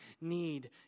need